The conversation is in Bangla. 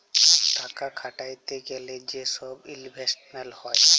টাকা খাটাইতে গ্যালে যে ছব ইলভেস্টমেল্ট হ্যয়